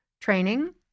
training